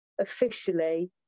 officially